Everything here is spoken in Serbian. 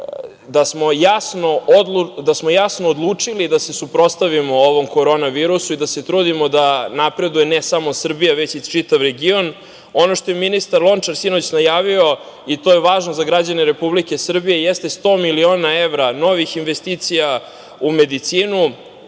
da smo jasno odlučili da se suprotstavimo ovom korona virusu i da se trudimo da napreduje ne samo Srbija već i čitav region. Ono što je ministar Lončar sinoć najavio i to je važno za građane Republike Srbije, jeste 100 miliona evra novih investicija u medicinu.